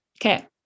Okay